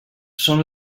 són